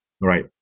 right